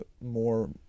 more